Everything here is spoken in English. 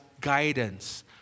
guidance